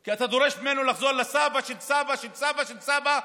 כי אתה דורש ממנו לחזור לסבא של סבא של סבא של סבא,